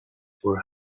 were